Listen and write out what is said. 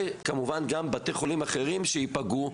כמובן גם בתי חולים אחרים שייפגעו,